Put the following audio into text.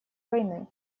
войны